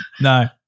No